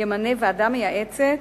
ימנה ועדה מייעצת